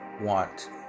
want